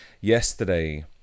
yesterday